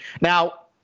Now